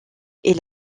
est